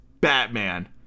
Batman